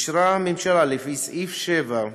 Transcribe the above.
אישרה הממשלה, לפי סעיף 7,